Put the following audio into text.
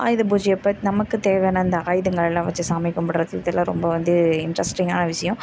ஆயுத பூஜை அப்போ நமக்கு தேவையான அந்த ஆயுதங்களெல்லாம் வச்சி சாமி கும்பிட்றது இதெலாம் ரொம்ப வந்து இன்ட்ரெஸ்ட்டிங்கான விஷயம்